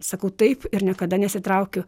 sakau taip ir niekada nesitraukiu